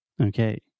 Okay